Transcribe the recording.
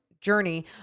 journey